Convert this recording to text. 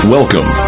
Welcome